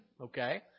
Okay